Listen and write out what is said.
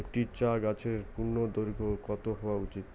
একটি চা গাছের পূর্ণদৈর্ঘ্য কত হওয়া উচিৎ?